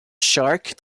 shark